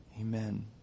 Amen